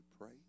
pray